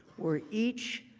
where each